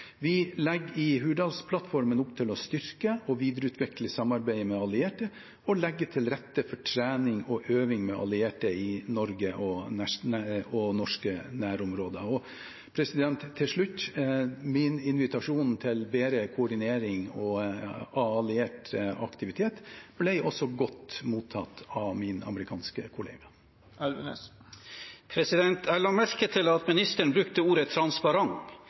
Vi legger i Hurdalsplattformen opp til å styrke og videreutvikle samarbeidet med allierte og legge til rette for trening og øving med allierte i Norge og i norske nærområder. Til slutt: Min invitasjon til bedre koordinering av alliert aktivitet ble også godt mottatt av min amerikanske kollega. Jeg la merke til at ministeren brukte ordet